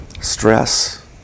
stress